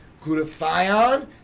glutathione